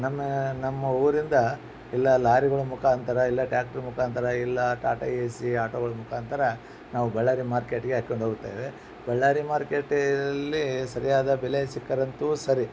ನಮ್ಮ ನಮ್ಮ ಊರಿಂದ ಎಲ್ಲ ಲಾರಿಗಳ್ ಮುಖಾಂತರ ಇಲ್ಲ ಟ್ಯಾಕ್ಟ್ರ್ ಮುಖಾಂತರ ಇಲ್ಲ ಟಾಟಾ ಎಸಿ ಆಟೋಗಳ ಮುಖಾಂತರ ನಾವು ಬಳ್ಳಾರಿ ಮಾರ್ಕೆಟ್ಗೆ ಹಾಕೊಂಡು ಹೋಗುತ್ತೇವೆ ಬಳ್ಳಾರಿ ಮಾರ್ಕೆಟಲ್ಲಿ ಸರಿಯಾದ ಬೆಲೆ ಸಿಕ್ಕರಂತು ಸರಿ